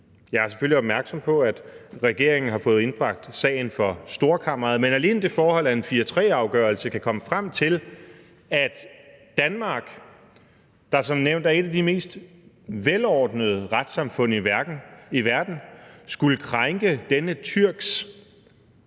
Jeg er selvfølgelig opmærksom på, at regeringen har fået indbragt sagen for Storkammeret, men alene det forhold, at en 4-3-afgørelse kan komme frem til, at Danmark, der som nævnt er et af de mest velordnede retssamfund i verden, skulle krænke denne tyrks